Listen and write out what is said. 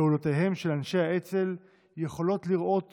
פעולותיהם של אנשי האצ"ל יכולות להיראות